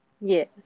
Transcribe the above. Yes